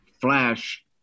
flash